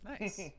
Nice